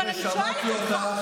אני שמעתי אותך.